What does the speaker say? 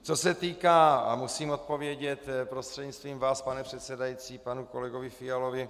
Co se týká a musím odpovědět prostřednictvím vás, pane předsedající, panu kolegovi Fialovi.